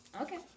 okay